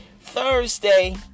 Thursday